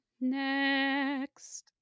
Next